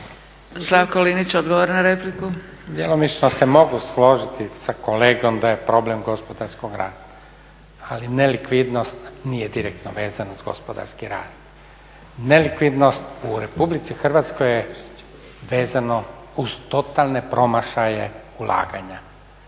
Slavko (Nezavisni)** Djelomično se mogu složiti sa kolegom da je problem gospodarskog rasta, ali nelikvidnost nije direktno vezana uz gospodarski rast. Nelikvidnost u RH je vezana uz totalne promašaje ulaganja.